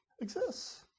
exists